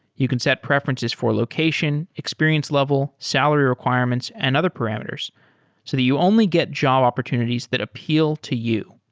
you can set preferences for location, experience level, salary requirements and other parameters so that you only get job opportunities that appeal to you.